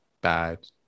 bad